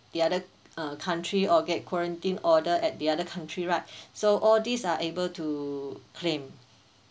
the other uh country or get quarantine order at the other country right so all these are able to claim